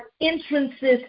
entrances